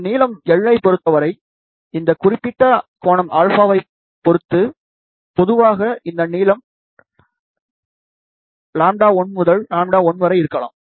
இந்த நீளம் l ஐப் பொருத்தவரை இந்த குறிப்பிட்ட α ஐப் பொறுத்து பொதுவாக இந்த நீளம் λ l முதல் λ l வரை இருக்கலாம்